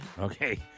Okay